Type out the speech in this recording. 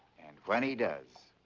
and, when he does,